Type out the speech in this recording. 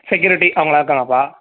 security அவங்கள்லாம் இருக்காங்கப்பா